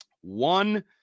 one